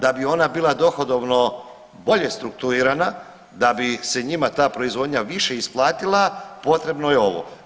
Da bi ona bila dohodovno bolje strukturirana, da bi se njima ta proizvodnja više isplatila potrebno je ovo.